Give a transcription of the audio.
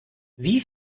wie